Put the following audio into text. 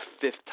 fifth